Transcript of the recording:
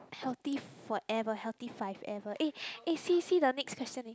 healthy forever healthy five ever eh eh see see the next question eh